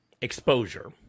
Exposure